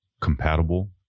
compatible